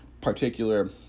particular